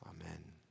amen